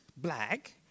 black